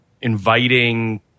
inviting